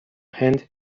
هند